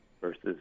versus